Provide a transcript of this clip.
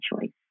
choice